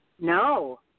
No